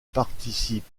participe